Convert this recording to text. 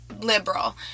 liberal